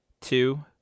two